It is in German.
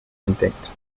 entdeckt